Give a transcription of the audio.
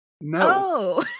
no